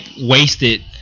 wasted